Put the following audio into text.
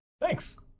Thanks